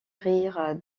rire